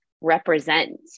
represent